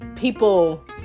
People